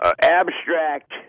abstract